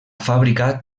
fàbrica